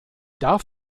darf